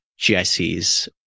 GICs